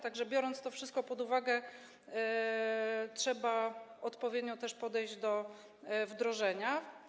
Tak że biorąc to wszystko pod uwagę, trzeba odpowiednio podejść do wdrożenia.